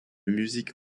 musique